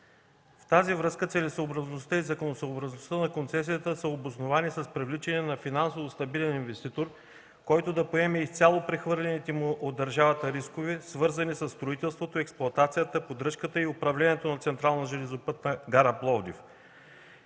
В тази връзка целесъобразността и законосъобразността на концесията са обосновани с привличане на финансово стабилен инвеститор, който да поеме изцяло прехвърлените му от държавата рискове, свързани със строителството, експлоатацията, поддръжката и управлението на Централна железопътна гара Пловдив,